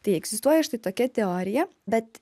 tai egzistuoja štai tokia teorija bet